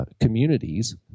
communities